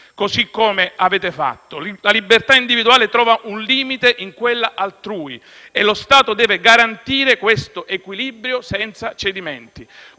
così come avete fatto. La libertà individuale trova un limite in quella altrui e lo Stato deve garantire questo equilibrio senza cedimenti.